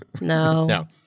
No